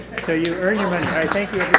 so you earn your money. thank